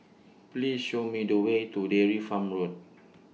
Please Show Me The Way to Dairy Farm Road